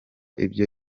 ibyo